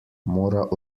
mora